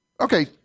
Okay